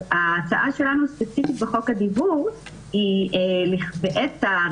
אז ההצעה שלנו ספציפית בחוק הדיוור היא בסעיף